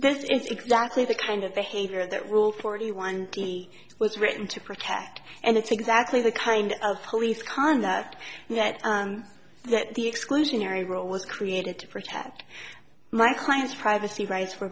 this is exactly the kind of behavior that rule forty one was written to protect and that's exactly the kind of police conduct that that the exclusionary rule was created to protect my client's privacy rights were